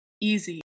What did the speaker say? easy